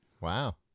Wow